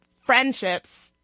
friendships